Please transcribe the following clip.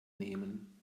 nehmen